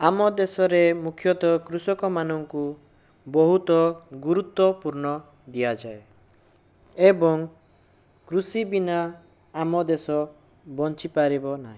ଆମ ଦେଶରେ ମୁଖ୍ୟତଃ କୃଷକମାନଙ୍କୁ ବହୁତ ଗୁରୁତ୍ୱପୁର୍ଣ ଦିଆଯାଏ ଏବଂ କୃଷି ବିନା ଆମ ଦେଶ ବଞ୍ଚି ପାରିବ ନାହିଁ